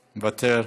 מוותר,